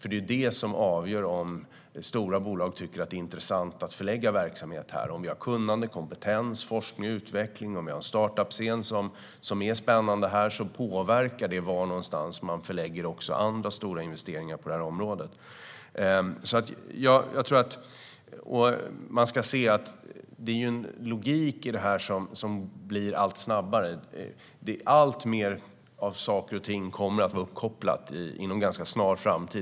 Det är ju det som avgör om stora bolag tycker att det är intressant att förlägga verksamhet här - om vi har kunnande, kompetens, forskning och utveckling. Om vi har en startup-scen som är spännande påverkar det var man förlägger också andra stora investeringar på det här området. Det är en logik i detta som blir allt snabbare. Alltmer kommer att vara uppkopplat inom en ganska snar framtid.